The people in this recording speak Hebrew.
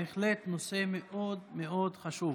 בהחלט נושא מאוד מאוד חשוב.